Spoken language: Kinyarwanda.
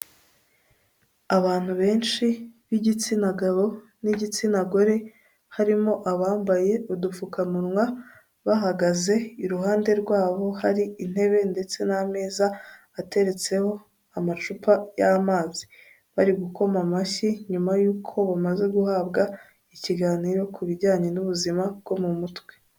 Abantu benshi b'igitsina gabo n'igitsina gore, harimo abambaye udupfukamunwa bahagaze iruhande rwabo hari intebe ndetse n'ameza ateretseho amacupa y'amazi, bari gukoma amashyi nyuma y'uko bamaze guhabwa ikiganiro ku bijyanye n'ubuzima bwo mu mutwe.